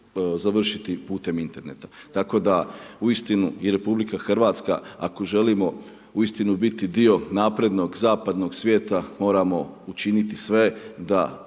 završiti putem interneta tako da uistinu je RH ako želimo uistinu biti dio naprednog zapadnog svijeta, moramo učiniti sve da